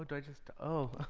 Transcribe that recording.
but i just, oh.